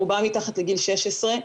רובם מתחת לגיל 16,